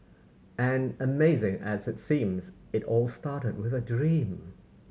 and amazing as it seems it all started with a dream